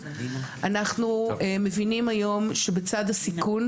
אנחנו מבינים היום שבצד הסיכון,